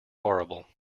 horrible